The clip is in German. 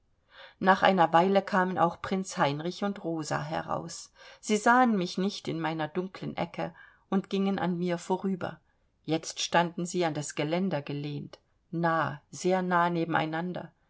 nach einer weile kamen auch prinz heinrich und rosa heraus sie sahen mich nicht in meiner dunklen ecke und gingen an mir vorüber jetzt standen sie an das geländer gelehnt nah sehr nah nebeneinander